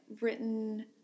written